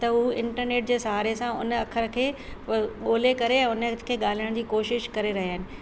त उहे इंटरनेट जे सहारे सां उन अखर खे ॻोल्हे करे उन खे ॻाल्हाइण खे कोशिश करे रहिया आहिनि